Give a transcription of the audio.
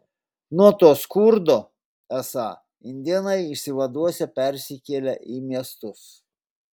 nuo to skurdo esą indėnai išsivaduosią persikėlę į miestus